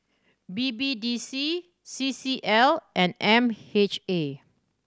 B B D C C C L and M H A